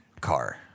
car